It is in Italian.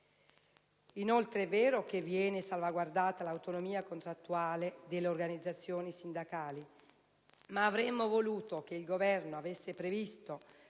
inoltre vero che viene salvaguardata l'autonomia contrattuale delle organizzazioni sindacali, ma avremmo voluto che il Governo avesse previsto,